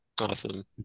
Awesome